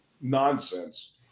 nonsense